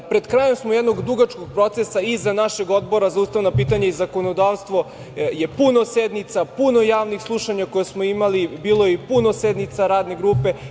Pred krajem smo jednog dugačkog procesa iza našeg Odbora za ustavna pitanja i zakonodavstvo, je puno sednica, puno javnih slušanja koja smo imali, bilo je i puno sednica radne grupe.